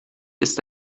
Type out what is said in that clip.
ist